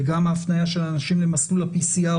וגם ההפניה של אנשים למסלול ה-PCR,